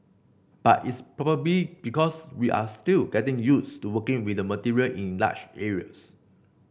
but it's probably because we are still getting used to working with the material in large areas